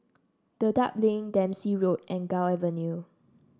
Dedap Link Dempsey Road and Gul Avenue